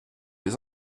les